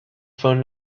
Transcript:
phone